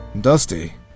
Dusty